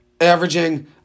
averaging